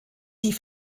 die